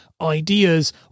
ideas